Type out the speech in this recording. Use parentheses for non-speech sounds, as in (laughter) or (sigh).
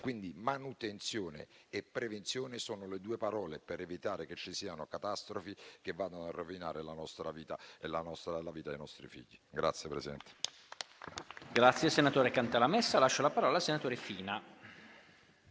Quindi manutenzione e prevenzione sono le due parole chiave per evitare che ci siano catastrofi che vadano a rovinare la nostra vita e quella dei nostri figli. (applause)